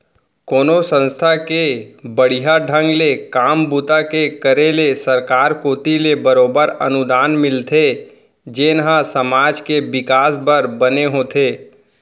कोनो संस्था के बड़िहा ढंग ले काम बूता के करे ले सरकार कोती ले बरोबर अनुदान मिलथे जेन ह समाज के बिकास बर बने होथे